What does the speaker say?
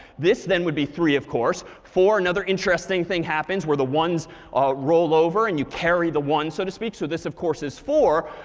this then would be three of course. four another interesting thing happens, where the ones roll over and you carry the one, so to speak. so this, of course, is four.